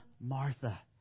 Martha